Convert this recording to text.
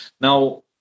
Now